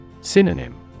Synonym